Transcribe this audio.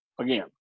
Again